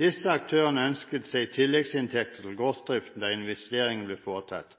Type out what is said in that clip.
Disse aktørene ønsket seg tilleggsinntekter til gårdsdriften da investeringen ble foretatt.